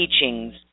teachings